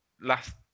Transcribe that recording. last